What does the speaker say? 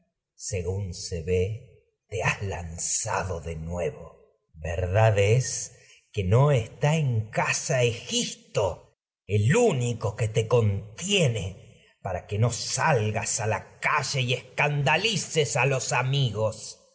según se ve te has de nuevo verdad es que no está en casa egisto lle el fínico que te contiene para que no y salgas a la ca escandalices a los amigos